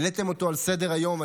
העליתם אותו על סדר-היום.